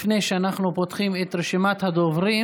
לפני שאנחנו פותחים את רשימת הדוברים